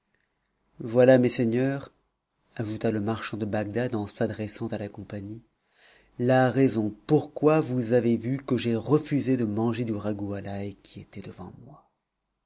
voilà messeigneurs ajouta le marchand de bagdad en s'adressant à la compagnie la raison pourquoi vous avez vu que j'ai refusé de manger du ragoût à l'ail qui était devant moi